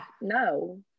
no